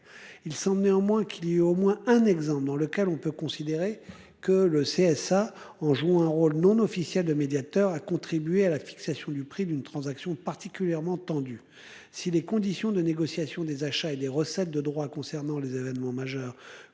Il semble néanmoins qu'il y ait au moins un exemple dans lequel on peut considérer que le CSA en jouant un rôle non officiel de médiateur a contribué à la fixation du prix d'une transaction particulièrement tendue. Si les conditions de négociation des achats et des recettes de droits concernant les événements majeurs,